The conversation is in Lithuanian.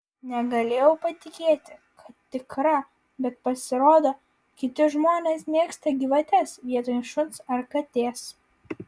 negalėjau patikėti kad tikra bet pasirodo kiti žmonės mėgsta gyvates vietoj šuns ar katės